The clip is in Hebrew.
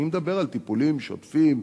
אני מדבר על טיפולים שוטפים,